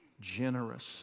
generous